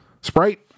Sprite